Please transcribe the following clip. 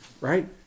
right